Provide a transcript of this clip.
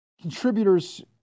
contributors